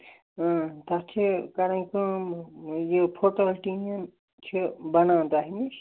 اۭں تَتھ چھِ کَرٕنۍ کٲم یہِ فٹو ٹیٖن چھِ بَنان تۄہہِ نِش